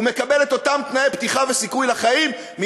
הוא מקבל את אותם תנאי פתיחה וסיכוי לחיים כמו